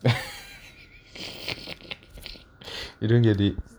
you don't get it